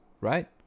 right